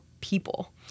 people